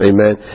Amen